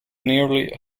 nearly